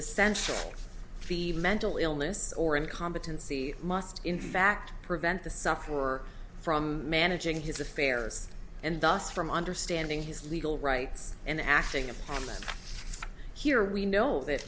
essential mental illness or incompetency must in fact prevent the sufferer from managing his affairs and thus from understanding his legal rights and acting upon them here we know that